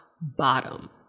bottom